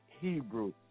Hebrew